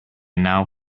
now